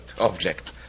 object